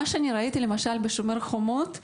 בשומר החומות ראיתי,